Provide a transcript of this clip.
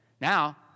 Now